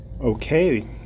Okay